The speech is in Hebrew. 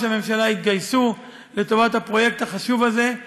הממשלה יתגייסו לטובת הפרויקט החשוב הזה,